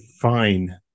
fine